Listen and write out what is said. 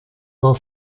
war